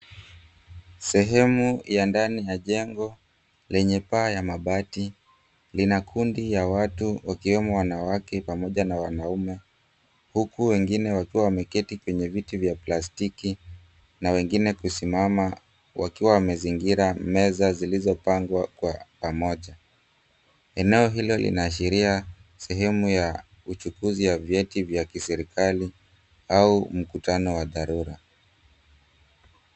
Sehemu ya ndani ya jengo lenye paa ya mabati, lina kundi ya watu wakiwemo wanawake pamoja na wanaume. Huku wengine wakiwa wameketi kwenye viti vya plastiki, na wengine kusimama wakiwa wamezingira meza zilizopangwa kwa pamoja. Eneo hilo linaashiria sehemu ya uchukuzi ya vyeti vya kiserikali, au mkutano wa dharura.